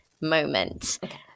moment